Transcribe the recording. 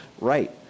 right